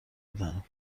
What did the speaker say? بدهم